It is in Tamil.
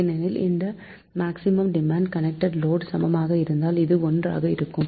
ஏனெனில் இந்த மேக்ஸிமம் டிமாண்ட் கனெக்டட் லோடுக்கு சமமாக இருந்தால் இது 1 ஆக இருக்கும்